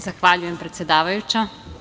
Zahvaljujem, predsedavajuća.